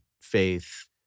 faith